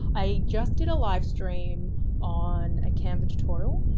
i just did a live stream on a canva tutorial,